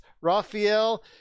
Raphael